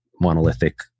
monolithic